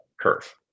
Curve